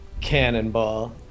cannonball